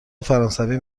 فرانسوی